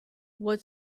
what